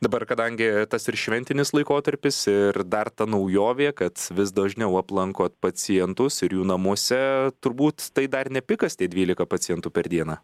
dabar kadangi tas ir šventinis laikotarpis ir dar ta naujovė kad vis dažniau aplankot pacientus ir jų namuose turbūt tai dar ne pikas tie dvylika pacientų per dieną